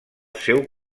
seu